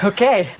Okay